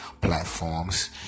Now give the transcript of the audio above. platforms